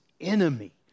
enemy